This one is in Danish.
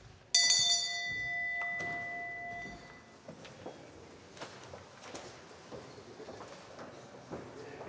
hvad er det